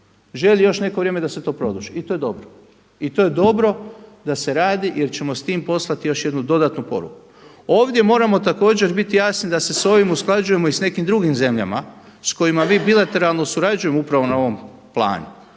želi još neko vrijeme da se to produži i to je dobro, i to je dobro da se radi jer ćemo s tim poslati još jednu dodatnu poruku. Ovdje moramo također biti jasni da se s ovim usklađujemo i s nekim drugim zemljama s kojima mi bilateralno surađujemo upravo na ovom planu